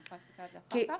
אני יכולה להסתכל על זה אחר כך.